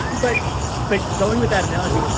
but but going with that analogy,